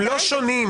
הם לא שונים.